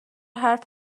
حرف